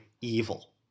evil